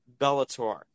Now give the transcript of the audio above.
Bellator